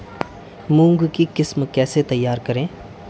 मूंग की किस्म कैसे तैयार करें?